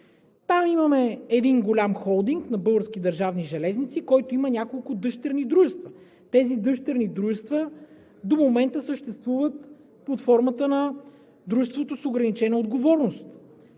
Там имаме един голям холдинг „Български държавни железници“, който има няколко дъщерни дружества. Тези дъщерни дружества до момента съществуват под формата на дружество с ограничена отговорност.